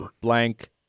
blank